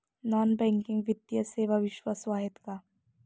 Non banking वित्तीय सेवा विश्वासू आहेत का?